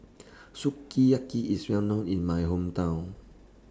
Sukiyaki IS Well known in My Hometown